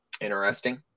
Interesting